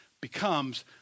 becomes